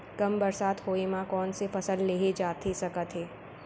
कम बरसात होए मा कौन से फसल लेहे जाथे सकत हे?